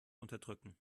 unterdrücken